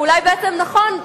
או אולי בעצם נכון,